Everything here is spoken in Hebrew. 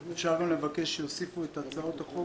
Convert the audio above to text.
האם אפשר גם לבקש שיוסיפו את הצעות החוק